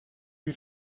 lui